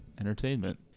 entertainment